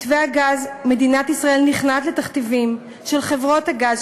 במתווה הגז מדינת ישראל נכנעת לתכתיבים של חברות הגז,